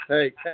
Hey